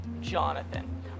Jonathan